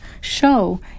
show